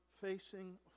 facing